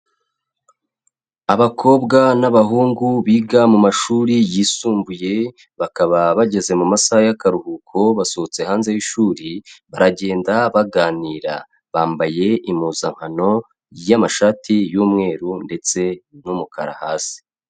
Abakobwa n'abahungu biga mu mumashuri yisumbuye, bakaba bageze mu masaha y'akaruhuko, basohotse hanze y'ishuri, baragenda baganira. Bambaye impuzankano y'amashati y'umweru ndetse n'umukara hasi.